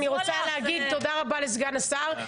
אני רוצה להגיד תודה רבה לסגן השר.